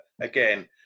again